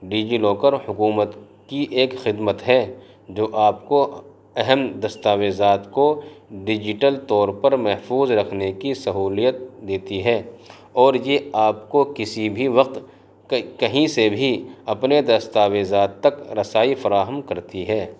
Digi لاکر حکومت کی ایک خدمت ہے جو آپ کو اہم دستاویزات کو ڈیجیٹل طور پر محفوظ رکھنے کی سہولیت دیتی ہے اور یہ آپ کو کسی بھی وقت کہیں سے بھی اپنے دستاویزات تک رسائی فراہم کرتی ہے